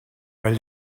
weil